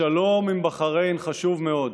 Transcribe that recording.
השלום עם בחריין חשוב מאוד.